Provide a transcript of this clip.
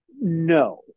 No